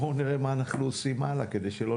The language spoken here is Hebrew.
בואו נראה מה אנחנו עושים הלאה כדי שלא